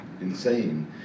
insane